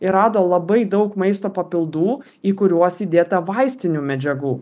ir rado labai daug maisto papildų į kuriuos įdėta vaistinių medžiagų